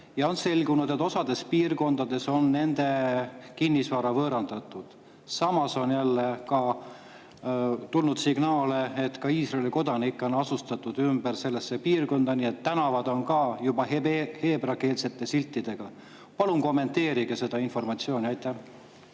ja on selgunud, et osas piirkondades on nende kinnisvara võõrandatud. Ja veel on tulnud signaale, et ka Iisraeli kodanikke on asustatud ümber sellesse piirkonda, nii et tänavad on ka juba heebreakeelsete siltidega. Palun kommenteerige seda informatsiooni. Aitäh,